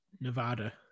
Nevada